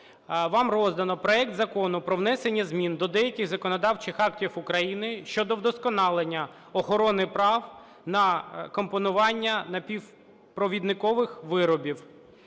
Вам роздано проект Закону про внесення змін до деяких законодавчих актів України щодо вдосконалення охорони прав на компонування напівпровідникових виробів.